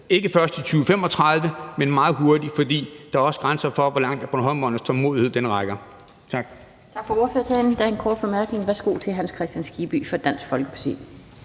ikke først i 2035, men meget hurtigt, fordi der også er grænser for, hvor langt bornholmernes tålmodighed rækker. Tak.